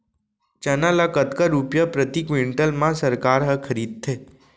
चना ल कतका रुपिया प्रति क्विंटल म सरकार ह खरीदथे?